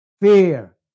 fear